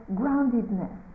groundedness